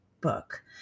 book